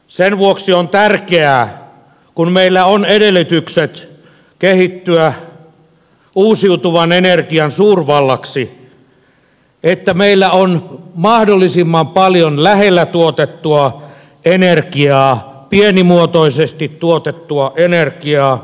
sen vuoksi on tärkeää kun meillä on edellytykset kehittyä uusiutuvan energian suurvallaksi että meillä on mahdollisimman paljon lähellä tuotettua energiaa pienimuotoisesti tuotettua energiaa